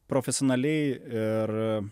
profesionaliai ir